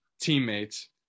teammates